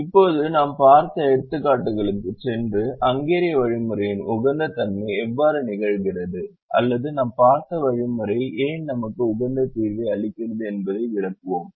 எனவே இப்போது நாம் பார்த்த எடுத்துக்காட்டுகளுக்குச் சென்று ஹங்கேரிய வழிமுறையின் உகந்த தன்மை எவ்வாறு நிகழ்கிறது அல்லது நாம் பார்த்த வழிமுறை ஏன் நமக்கு உகந்த தீர்வை அளிக்கிறது என்பதை விளக்குவோம்